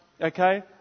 okay